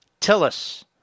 Tillis